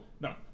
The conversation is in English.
no